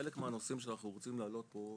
חלק מהנושאים שאנחנו רוצים להעלות פה,